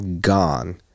gone